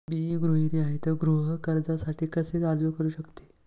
मी गृहिणी आहे तर गृह कर्जासाठी कसे अर्ज करू शकते?